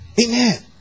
Amen